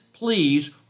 please